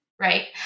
Right